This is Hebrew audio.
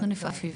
אנחנו נפעל לפיו.